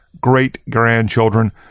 great-grandchildren